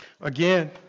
Again